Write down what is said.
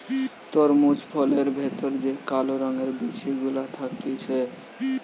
তরমুজ ফলের ভেতর যে কালো রঙের বিচি গুলা থাকতিছে